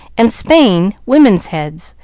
and spain women's heads,